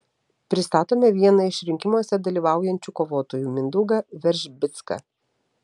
pristatome vieną iš rinkimuose dalyvaujančių kovotojų mindaugą veržbicką